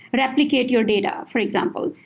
but replicate your data, for example?